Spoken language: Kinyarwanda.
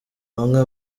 bamwe